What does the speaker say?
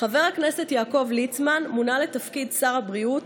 חבר הכנסת יעקב ליצמן מונה לתפקיד שר הבריאות,